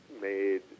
made